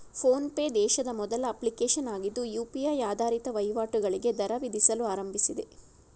phone pay ದೇಶದ ಮೊದಲ application ಆಗಿದ್ದು ಯು.ಪಿ.ಐ ಆಧಾರಿತ ವಹಿವಾಟುಗಳಿಗೆ ದರ ವಿಧಿಸಲು ಆರಂಭಿಸಿದೆ